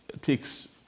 takes